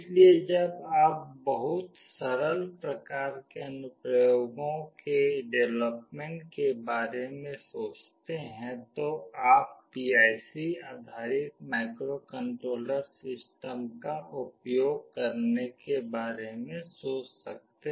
इसलिए जब आप बहुत सरल प्रकार के अनुप्रयोगों के डेवलपमेंट के बारे में सोचते हैं तो आप PIC आधारित माइक्रोकंट्रोलर सिस्टम का उपयोग करने के बारे में सोच सकते हैं